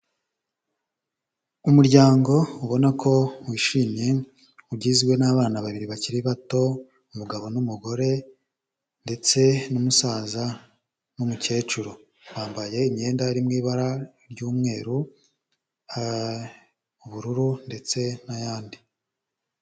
Umuryango ubona ko wishimye, ugizwe n'abana babiri bakiri bato, umugabo n'umugore ndetse n'umusaza n'umukecuru, bambaye imyenda iri mu ibara ry'umweru, ubururu ndetse n'ayandi.